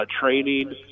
training